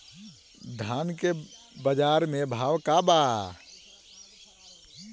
धान के बजार में भाव का बा